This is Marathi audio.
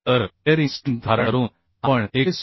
तर बेअरिंग स्ट्रेंथ धारण करून आपण 116